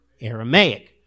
Aramaic